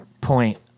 point